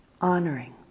honoring